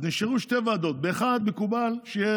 אז נשארו שתי ועדות: באחת מקובל שיהיה